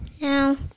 no